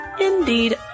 Indeed